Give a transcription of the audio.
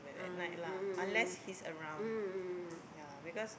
ah mm mm mm mm mm mm mm mm